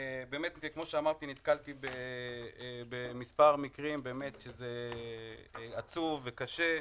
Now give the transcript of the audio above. כמו שאמרתי, נתקלתי במספר מקרים שזה עצוב וקשה.